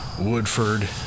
Woodford